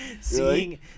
Seeing